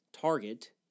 target